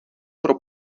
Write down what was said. pro